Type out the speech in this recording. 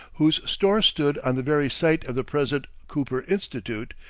whose store stood on the very site of the present cooper institute,